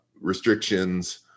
restrictions